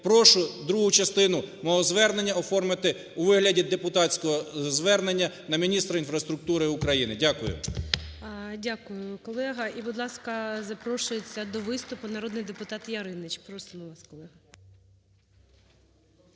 Прошу другу частину мого звернення оформити у вигляді депутатського звернення до міністра інфраструктури України. Дякую. ГОЛОВУЮЧИЙ. Дякую, колего. І, будь ласка, запрошується до виступу народний депутатЯриніч. Просимо вас колего.